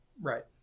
Right